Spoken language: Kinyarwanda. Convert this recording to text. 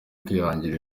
kwihangira